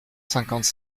cinquante